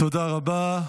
תודה רבה.